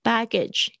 Baggage